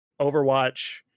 Overwatch